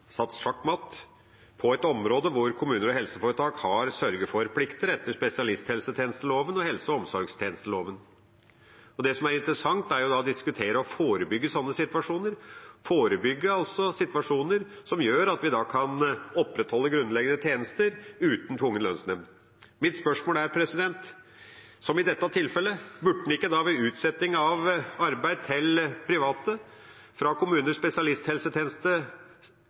satt sjakk matt på et område hvor kommuner og helseforetak har sørge-for-plikter etter spesialisthelsetjenesteloven og helse- og omsorgstjenesteloven. Det som er interessant, er å diskutere og forebygge slike situasjoner, slik at vi kan opprettholde grunnleggende tjenester uten tvungen lønnsnemnd. Mitt spørsmål er om en ikke burde, som i dette tilfellet, ved utsetting av arbeid til private, fra kommunenes spesialisthelsetjeneste,